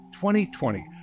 2020